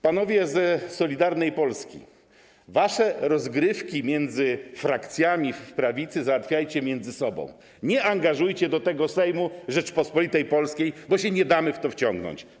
Panowie z Solidarnej Polski, wasze rozgrywki między frakcjami w Zjednoczonej Prawicy załatwiajcie między sobą, nie angażujcie do tego Sejmu Rzeczypospolitej Polskiej, bo się nie damy w to wciągnąć.